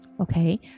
Okay